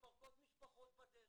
מתפרקות משפחות בדרך.